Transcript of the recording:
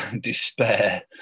despair